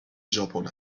ژاپن